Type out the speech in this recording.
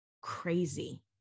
crazy